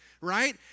Right